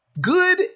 good